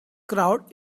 crowd